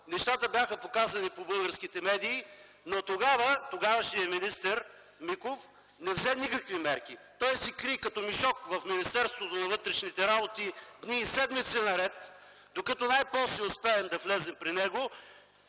нещата бяха показани по българските медии, но тогава, тогавашният министър Миков не взе никакви мерки. Той се кри като мишок в Министерството на вътрешните работи дни и седмици наред, докато най-после успеем да влезем при него